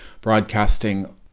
broadcasting